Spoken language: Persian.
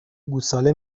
گوساله